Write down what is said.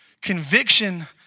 Conviction